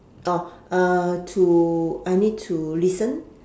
oh uh to I need to listen